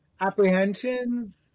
apprehensions